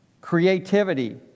creativity